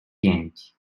pięć